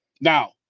Now